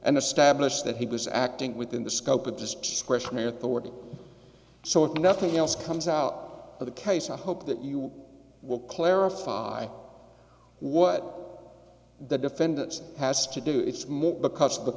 and establish that he was acting within the scope of discretionary authority so if nothing else comes out of the case i hope that you will clarify what the defendant's has to do it's more because of the